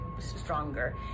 stronger